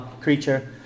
creature